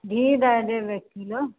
घी दए देब एक किलो